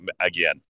Again